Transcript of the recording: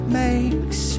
makes